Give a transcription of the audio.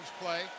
play